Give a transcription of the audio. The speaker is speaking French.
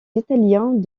italiens